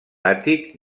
àtic